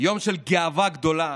יום של גאווה גדולה